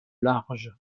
large